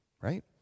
right